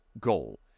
goal